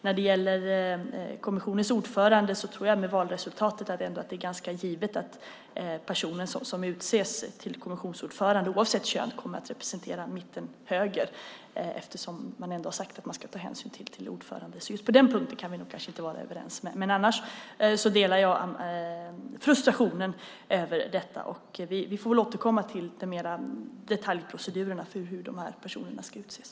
När det gäller kommissionens ordförande tror jag ändå med tanke på valresultatet att det är ganska givet att den person som utses till kommissionsordförande, oavsett kön, kommer att representera mitten och högern eftersom man ändå har sagt att man ska ta hänsyn till ordföranden. Just på den punkten kanske vi inte kan vara överens. Men annars delar jag frustrationen över detta. Vi får återkomma till detaljprocedurerna för hur dessa personer ska utses.